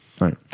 right